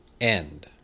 end